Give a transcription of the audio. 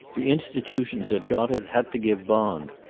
the institutions that got it had to give bond.